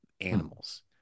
animals